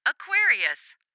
Aquarius